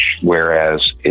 whereas